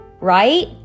right